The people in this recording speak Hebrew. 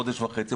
חודש וחצי,